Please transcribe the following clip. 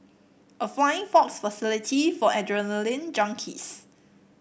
a flying fox facility for adrenaline junkies